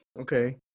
okay